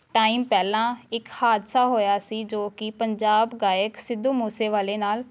time ਪਹਿਲਾਂ ਇੱਕ ਹਾਦਸਾ ਹੋਇਆ ਸੀ ਜੋ ਕਿ ਪੰਜਾਬ ਗਾਇਕ ਸਿੱਧੂ ਮੂਸੇ ਵਾਲੇ ਨਾਲ